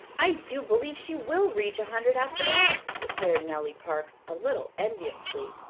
i do believe she will reach a hundred after all, declared nellie parks, a little enviously.